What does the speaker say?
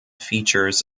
features